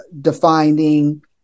defining